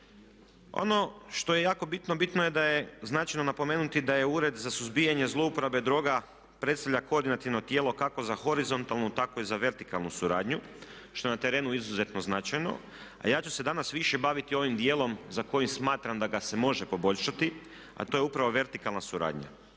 Ono što je jako bitno, bitno je da je značajno napomenuti da je Ured za suzbijanje zlouporabe droga predstavlja koordinativno tijelo kako za horizontalnu tako i za vertikalnu suradnju što je na terenu izuzetno značajno. A ja ću se danas više baviti ovim dijelom za koji smatram da ga se može poboljšati a to je upravo vertikalna suradnja.